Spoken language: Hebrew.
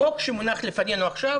החוק שמונח לפנינו עכשיו,